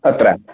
तत्र